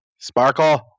Sparkle